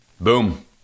boom